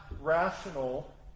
rational